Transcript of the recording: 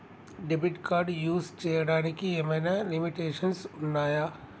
Debit card use చేయడానికి ఏమైనా limitations ఉన్నాయా?